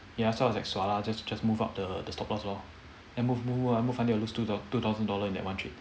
ya so I was like sua lah just just move up the the stock loss lor then move move move ah until I lose two thou~ two thousand dollar in that one trade